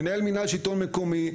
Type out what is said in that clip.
מנהל מינהל שלטון מקומי,